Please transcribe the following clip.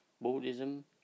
Buddhism